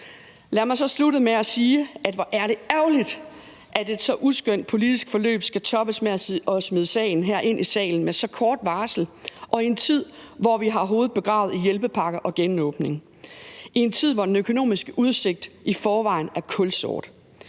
Lad mig så slutte med at sige, at hvor er det ærgerligt, at så uskønt et politisk forløb også skal toppes med at smide sagen herind i salen med så kort varsel og i en tid, hvor vi har hovedet begravet i hjælpepakker og genåbning; i en tid, hvor den økonomiske udsigt i forvejen er kulsort.